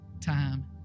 time